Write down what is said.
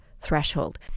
threshold